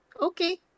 Okay